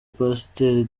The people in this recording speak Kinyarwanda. pasiteri